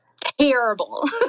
terrible